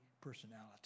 personality